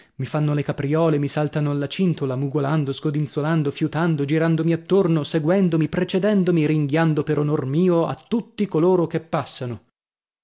mi fanno le capriole mi saltano alla cintola mugolando scodinzolando fiutando girandomi attorno seguendomi precedendomi ringhiando per onor mio a tutti coloro che passano